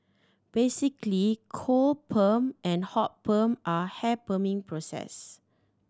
basically cold perm and hot perm are hair perming processes